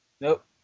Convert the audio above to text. Nope